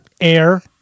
Air